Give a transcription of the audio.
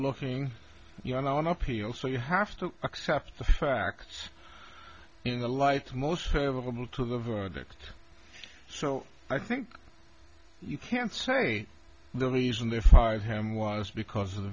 looking your no one up here so you have to accept the facts in the light most favorable to the verdict so i think you can say the reason they fired him was because of the